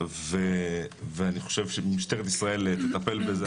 ואני חושב שמשטרת ישראל תטפל בזה,